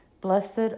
Blessed